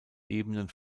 ebenen